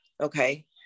Okay